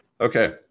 Okay